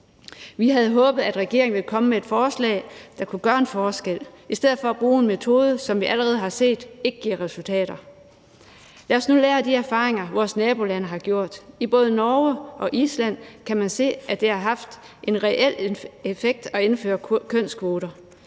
Vi havde håbet, at regeringen var kommet med et forslag, der kunne gøre en forskel, i stedet for bruge en metode, som vi allerede har set ikke giver resultater. Lad os lære af de erfaringer, vores nabolande har gjort sig. I både Norge og Island kan man se, at det har haft en reel effekt at indføre kønskvoter.